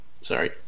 sorry